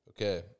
Okay